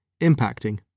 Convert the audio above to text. impacting